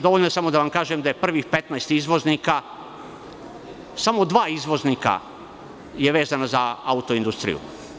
Dovoljno je samo da vam kažem da od prvih 15 izvoznika su samo dva izvoznika vezana za auto industriju.